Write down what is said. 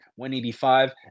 185